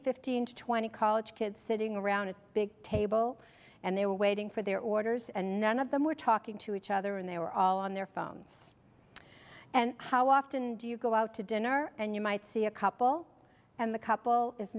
fifteen to twenty college kids sitting around a big table and they were waiting for their orders and none of them were talking to each other and they were all on their phones and how often do you go out to dinner and you might see a couple and the couple is